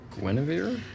Guinevere